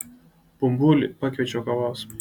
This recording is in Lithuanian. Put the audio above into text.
bumbulį pakviečiau kavos